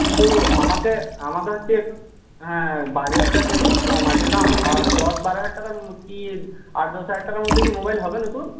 কিন্তু আমাকে আমাকে হচ্ছে হ্যাঁ বাজেটটা তো একটু কম আছে না আর দশ বারো হাজার টাকার কি আট দশ হাজার টাকার মধ্যে কি মোবাইল হবে নতুন